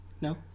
No